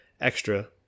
extra